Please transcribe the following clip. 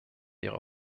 ihre